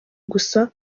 gusa